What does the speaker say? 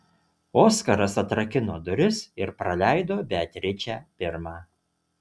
oskaras atrakino duris ir praleido beatričę pirmą